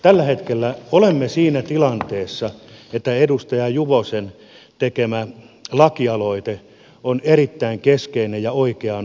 tällä hetkellä olemme siinä tilanteessa että edustaja juvosen tekemä lakialoite on erittäin keskeinen ja oikeaan osuva